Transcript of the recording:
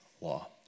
law